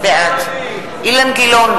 בעד אילן גילאון,